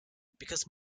because